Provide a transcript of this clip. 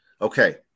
okay